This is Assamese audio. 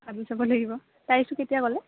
ভাবি চাব লাগিব তাৰিখটো কেতিয়া ক'লে